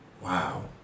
Wow